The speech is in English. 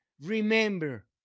Remember